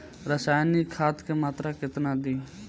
रसायनिक खाद के मात्रा केतना दी?